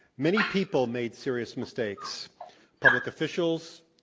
many people made serious mistakes public officials,